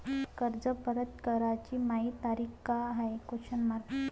कर्ज परत कराची मायी तारीख का हाय?